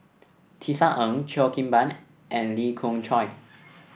Tisa Ng Cheo Kim Ban and Lee Khoon Choy